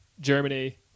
Germany